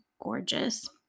gorgeous